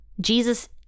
Jesus